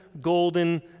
golden